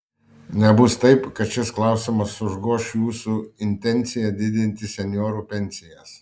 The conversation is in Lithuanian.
nebus taip kad šis klausimas užgoš jūsų intenciją didinti senjorų pensijas